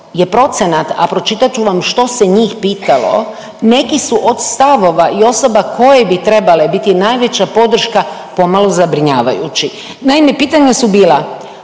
je procent, a pročitat ću vam što se njih pitalo, neki su od stavova i osoba koje bi trebale biti najveća podrška pomalo zabrinjavajući. Naime, pitanja su bila,